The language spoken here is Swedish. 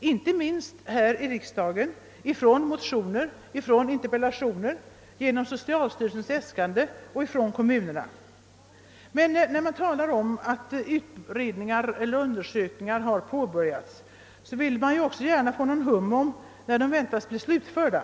inte minst här i riksdagen genom våra motioner och interpellationer men också genom socialstyrelsens' äskaänden och från kommunerna. När det talas om att under sökningar påbörjats vill man emellertid också gärna få veta när de väntas bli slutförda.